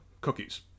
cookies